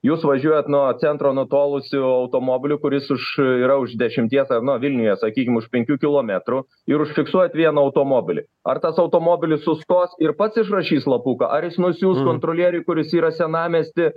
jūs važiuojat nuo centro nutolusiu automobiliu kuris už yra už dešimties ar nu vilniuje sakykim už penkių kilometrų ir užfiksuojat vieną automobilį ar tas automobilis sustos ir pats išrašys lapuką ar jis nusiųs kontrolieriui kuris yra senamiesty